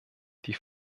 die